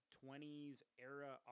20s-era